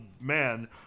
man